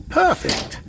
perfect